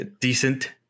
decent